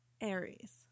Aries